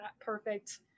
perfect